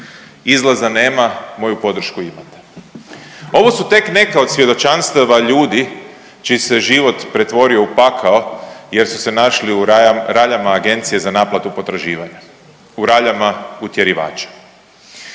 Izlaza nema, moju podršku imate. Ovo su tek neka od svjedočanstava ljudi čiji se život pretvorio u pakao jer su se našli u raljama agencije za naplatu potraživanja, u raljama utjerivača.